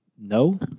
No